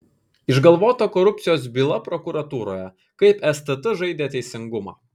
išgalvota korupcijos byla prokuratūroje kaip stt žaidė teisingumą